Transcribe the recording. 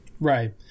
Right